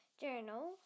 journal